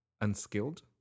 unskilled